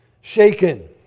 shaken